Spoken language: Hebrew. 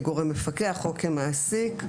כגורם מפקח או כמעסיק,